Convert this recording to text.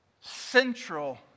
central